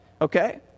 Okay